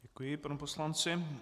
Děkuji panu poslanci.